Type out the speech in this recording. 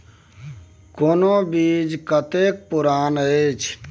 कोनो बीज कतेक पुरान अछि?